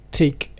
take